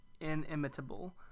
inimitable